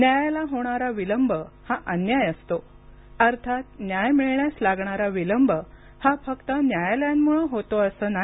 न्यायाला होणारा विलंब हा अन्याय असतो अर्थात न्याय मिळण्यास लागणारा विलंब हा फक्त न्यायालायांमुळे होतो असं नाही